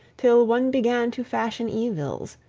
till one began to fashion evils,